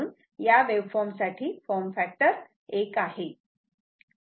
म्हणून या वेव्हफॉर्मसाठी फॉर्म फॅक्टर 1 आहे